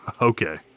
Okay